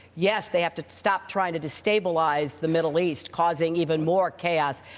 yes, they have to stop trying to destabilize the middle east, causing even more chaos.